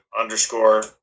underscore